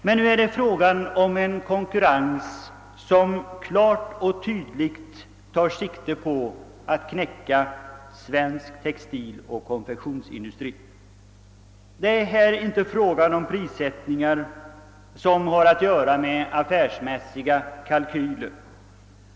Men nu är det fråga om en konkurrens som klart och tydligt tar sikte på att knäcka svensk textiloch konfektionsindustri. Det rör sig om Pprissättningar som inte har med affärsmässiga kalkyler att göra.